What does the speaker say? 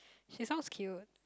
she sounds cute